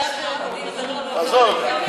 עזוב.